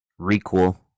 requel